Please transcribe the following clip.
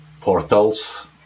portals